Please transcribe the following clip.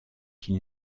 qu’il